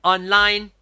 Online